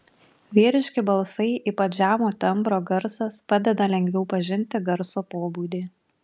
vyriški balsai ypač žemo tembro garsas padeda lengviau pažinti garso pobūdį